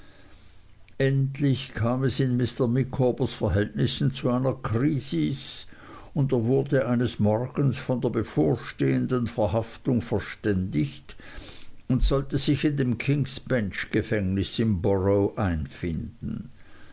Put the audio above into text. endlich kam es in mr micawbers verhältnissen zu einer krisis und er wurde eines morgens von der bevorstehenden verhaftung verständigt und sollte sich in dem kings bench gefängnis im borrough einfinden